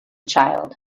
child